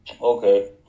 Okay